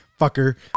fucker